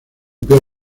pies